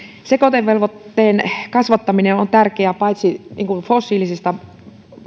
sekoitevelvoitteen kasvattaminen on tärkeää paitsi fossiilisista